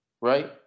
right